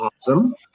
awesome